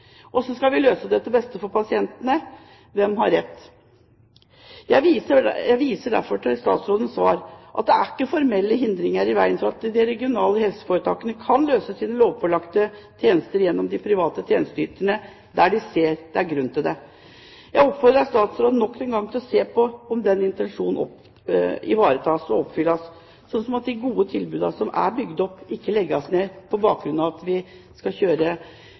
selv, så spør jeg: Har de det? Hvordan skal vi løse dette til beste for pasientene? Hvem har rett? Jeg viser derfor til statsrådens svar, at det ikke er formelle hindringer i veien for at de regionale helseforetakene kan løse sine lovpålagte tjenester gjennom de private tjenesteyterne der de ser at det er grunn til det. Jeg oppfordrer statsråden nok en gang til å se på om denne intensjonen ivaretas og oppfylles, slik at de gode tilbudene som er bygd opp, ikke legges ned på grunn av at vi skal kjøre